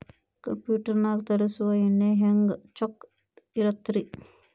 Computer ನಾಗ ತರುಸುವ ಎಣ್ಣಿ ಹೆಂಗ್ ಚೊಕ್ಕ ಇರತ್ತ ರಿ?